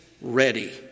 ready